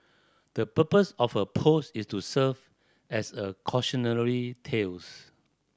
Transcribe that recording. the purpose of her post is to serve as a cautionary tales